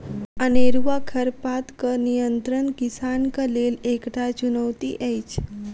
अनेरूआ खरपातक नियंत्रण किसानक लेल एकटा चुनौती अछि